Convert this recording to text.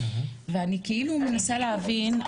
ואני מנסה להבין,